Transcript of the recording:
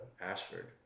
Ashford